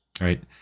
Right